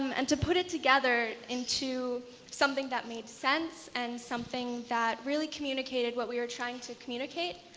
um and to put it together into something that made sense and something that really communicated what we were trying to communicate,